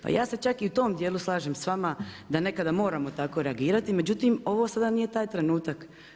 Pa ja se čak i u tom dijelu slažem sa vama da nekada moramo tako reagirati, međutim ovo sada nije taj trenutak.